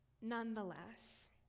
Nonetheless